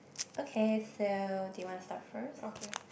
okay so do you want to start first